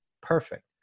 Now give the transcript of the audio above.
Perfect